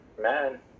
man